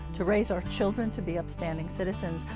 to raise our children to be upstanding citizens,